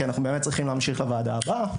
כי אנחנו באמת צריכים להמשיך לוועדה הבאה.